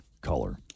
color